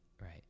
Right